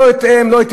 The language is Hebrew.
לא את ילדיהם,